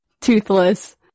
Toothless